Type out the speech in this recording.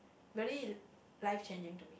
very life challenging to me